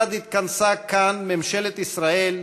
כיצד התכנסה כאן ממשלת ישראל,